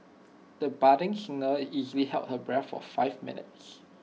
the budding singer easily held her breath for five minutes